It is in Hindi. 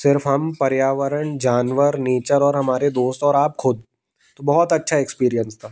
सिर्फ हम पर्यावरण जानवर नेचर और हमारे दोस्त और आप खुद तो बहुत अच्छा एक्सपीरियंस था